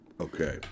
Okay